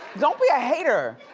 don't be a hater!